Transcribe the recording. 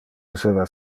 esseva